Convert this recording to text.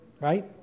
right